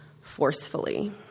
forcefully